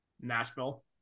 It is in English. Nashville